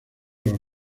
los